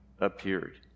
appeared